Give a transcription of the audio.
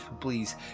please